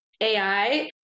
AI